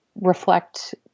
reflect